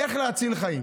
איך להציל חיים,